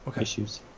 issues